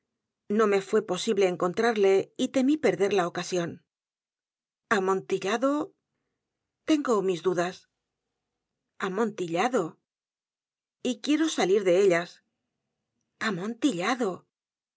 no me fué posible encontrarle y temí perder la ocasión amontillado tengo mis dudas el tonel de amontillado amontillado y quiero salir de ellas amontillado